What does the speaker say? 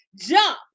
jump